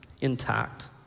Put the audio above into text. intact